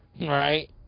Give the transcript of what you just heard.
Right